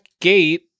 Gate